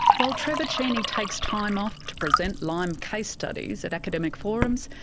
while trevor cheney takes time off to present lyme case studies at academic forums,